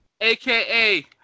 aka